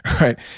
right